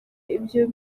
ibyo